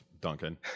Duncan